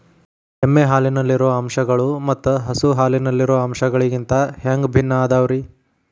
ಎಮ್ಮೆ ಹಾಲಿನಲ್ಲಿರೋ ಅಂಶಗಳು ಮತ್ತ ಹಸು ಹಾಲಿನಲ್ಲಿರೋ ಅಂಶಗಳಿಗಿಂತ ಹ್ಯಾಂಗ ಭಿನ್ನ ಅದಾವ್ರಿ?